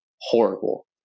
horrible